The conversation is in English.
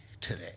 today